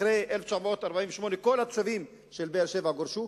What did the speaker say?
אחרי 1948 כל התושבים של באר-שבע גורשו.